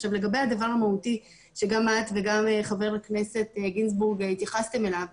עכשיו לגבי הדבר המהותי שגם את וגם חבר הכנסת גינזבורג התייחסתם אליו,